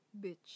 bitch